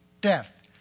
death